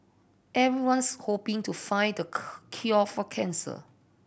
everyone's hoping to find the cure for cancer